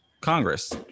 Congress